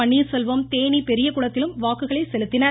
பன்னீர்செல்வம் தேனி பெரியகுளத்திலும் வாக்குக்களை செலுத்தினர்